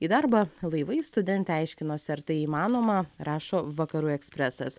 į darbą laivais studentė aiškinosi ar tai įmanoma rašo vakarų ekspresas